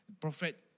Prophet